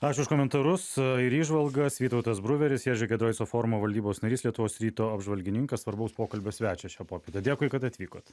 ačiū už komentarus ir įžvalgas vytautas bruveris ježy giedroico forumo valdybos narys lietuvos ryto apžvalgininkas svarbaus pokalbio svečias šią popietę dėkui kad atvykot